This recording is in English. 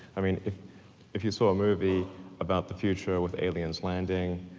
i mean if if you saw a movie about the future with aliens landing,